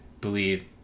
believe